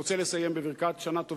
אני רוצה לסיים בברכת שנה טובה,